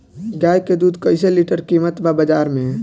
गाय के दूध कइसे लीटर कीमत बा बाज़ार मे?